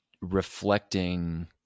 reflecting